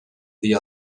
dia